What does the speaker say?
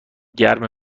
گرم